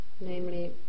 namely